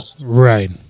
Right